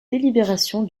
délibérations